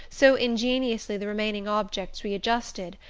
so ingeniously the remaining objects readjusted,